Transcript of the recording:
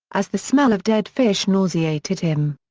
as the smell of dead fish nauseated him.